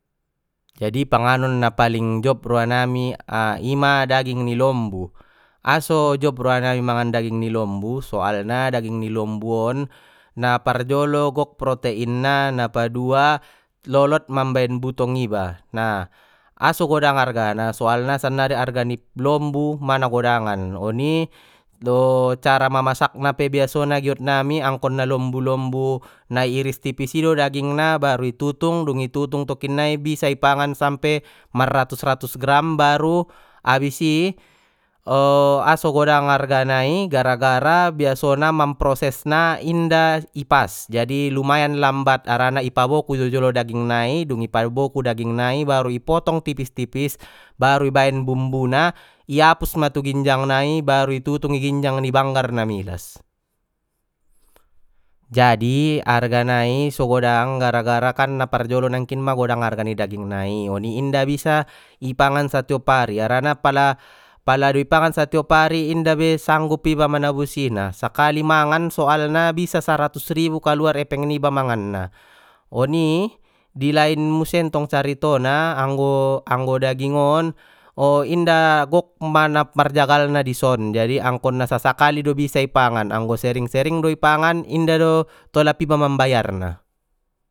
Jadi panganon na paling jop roa nami a ima daging ni lombu, aso jop roa nami mangan daging ni lombu soalna daging ni lombu on na parjolo gok protein na na padua lolot mambaen butong iba na aso godang argana soalna sannari arga ni lombu ma na godangan oni dot cara mamasakna pe biasona giot nami angkon na lombu lombu na i iris tipis i do dagingna baru di tutung dung i tutung tokinnai bisa i pangan sampe maratus ratus gram baru abis i aso godang arga nai gara gara biasona mam proses na inda ipas jadi lumayan lambat harana i paboku do jolo daging nai dung i pa boku daging nai baru i potong tipis tipis baru i baen bumbuna i apus ma tu ginjang nai baru di tutung di ginjang banggar na milas. Jadi argana i so godang gara gara kan na parjolo nangkin ma godang arga ni daging nai oni inda bisa ipangan satiop ari arana pala-pala do ipangan satiop ari inda be sanggup iba manabusi na sakali mangan soalna bisa saratus ribu kaluar epeng niba mangan nai oni di laen muse ntong caritona anggo-anggo daging on, o inda gok marjagalna di son jadi angkon na sasakali do bisa ipangan anggo sering sering do di pangan inda tolap iba mambayarna.